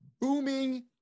booming